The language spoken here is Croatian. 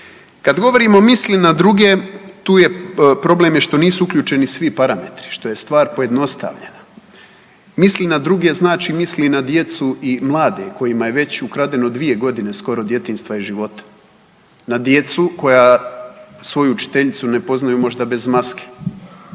Kad govorimo misli na druge tu je problem je što nisu uključeni svi parametri, što je stvar pojednostavljena, misli na druge znači misli na djecu i mlade kojima je već ukradeno dvije godine skoro djetinjstva i života, na djecu koja svoju učiteljicu ne poznaju možda bez maske,